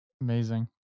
amazing